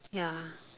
ya